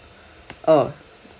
oh